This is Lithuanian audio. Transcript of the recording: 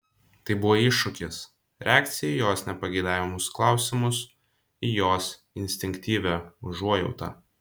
tai buvo iššūkis reakcija į jos nepageidaujamus klausimus į jos instinktyvią užuojautą